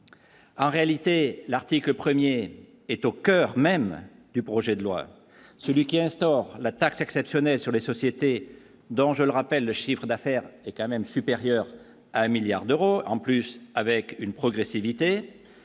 En réalité, l'article 1er est au coeur même du projet de loi celui qui instaure la taxe exceptionnelle sur les sociétés dont je le rappelle, le chiffre d'affaires est quand même supérieur à un 1000000000 d'euros en plus avec une progressivité